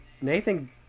nathan